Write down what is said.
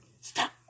Stop